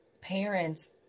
parents